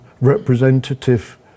representative